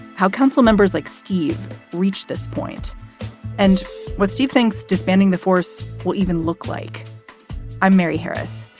how council members like steve reached this point and what steve thinks disbanding the force will even look like i'm mary harris.